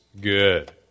good